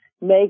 make